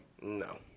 No